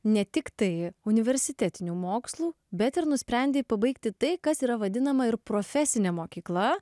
ne tiktai universitetinių mokslų bet ir nusprendė pabaigti tai kas yra vadinama ir profesinė mokykla